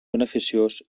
beneficiós